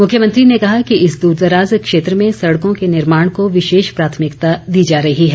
मुख्यमंत्री ने कहा कि इस दूरदराज क्षेत्र में सड़कों के निर्माण को विशेष प्राथमिकता दीँ जा रही है